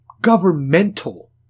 governmental